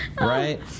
right